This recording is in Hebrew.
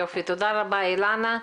יופי, תודה רבה אילנה.